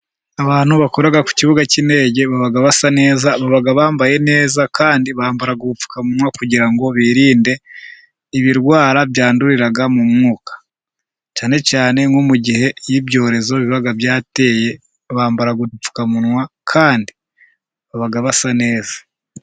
Abantu bakora ku kibuga cy'indege, baba basa neza, baba bambaye neza kandi bambara ubupfukamunwa, kugira ngo birinde ibirwara byandurira mu mwuka, cyane cyane nko mu gihe ibyorezo biba byateye, bambara udupfukamunwa kandi baba basa neza.